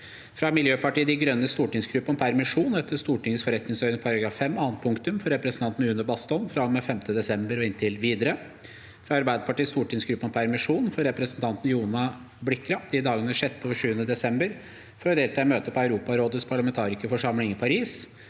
fra Miljøpartiet De Grønnes stortingsgruppe om permisjon etter Stortingets forretningsorden § 5 annet punktum for representanten Une Bastholm fra og med 5. desember og inntil videre – fra Arbeiderpartiets stortingsgruppe om permisjon for representanten Jone Blikra i dagene 6. og 7. desember for å delta i møte i Europarådets parlamentarikerforsamling i Paris